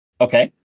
Okay